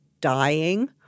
dying